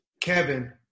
Kevin